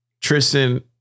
Tristan